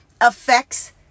affects